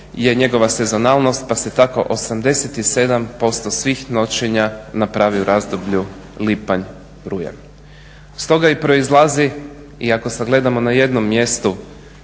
je njegova sezonalnost pa se tako 87% svih noćenja napravi u razdoblju lipanj-rujan. Stoga i proizlazi i ako sagledamo na jednom mjestu